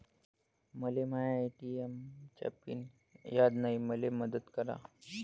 मले माया ए.टी.एम चा पिन याद नायी, मले मदत करा